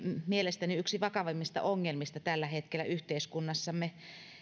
mielestäni yksi vakavimmista ongelmista tällä hetkellä yhteiskunnassamme